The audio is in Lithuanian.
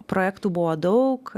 projektų buvo daug